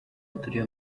baturiye